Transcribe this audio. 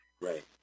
Right